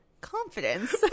confidence